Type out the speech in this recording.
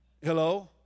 Hello